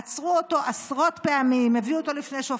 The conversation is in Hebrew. עצרו אותו עשרות פעמים,